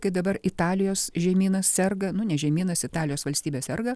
kai dabar italijos žemynas serga nu ne žemynas italijos valstybė serga